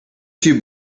few